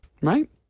right